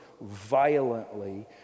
violently